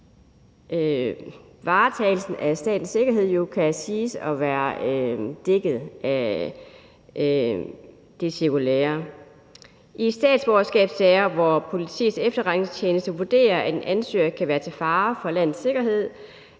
varetagelsen af statens sikkerhed jo kan siges at være dækket af det cirkulære. I statsborgerskabssager, hvor Politiets Efterretningstjeneste vurderer, at en ansøger kan være til fare for landets sikkerhed,